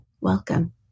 welcome